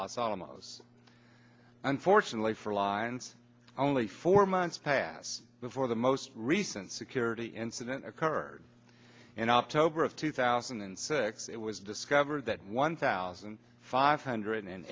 los alamos unfortunately for alliance only four months pass before the most recent security incident occurred in october of two thousand and six it was discovered that one thousand five hundred and